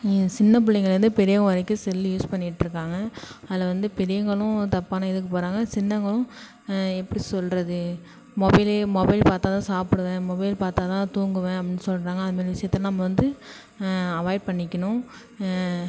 சின்ன பிள்ளைங்கலேருந்தே பெரியவங்க வரைக்கும் செல்லு யூஸ் பண்ணிட்டுருக்காங்க அதில் வந்து பெரியவங்களும் தப்பான இதுக்கு போகிறாங்க சின்னவங்களும் எப்படி சொல்கிறது மொபைல் மொபைல் பார்த்தா தான் சாப்புடுவேன் மொபைல் பார்த்தா தான் தூங்குவேன் அப்படின்னு சொல்கிறாங்க அது மாதிரி விஷயத்தை நம்ம வந்து அவாய்ட் பண்ணிக்கணும்